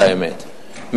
את האמת,